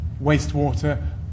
wastewater